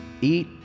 Eat